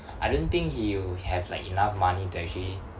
I don't think he'll have like enough money to actually